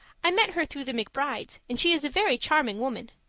i met her through the mcbrides, and she is a very charming woman.